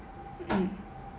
mm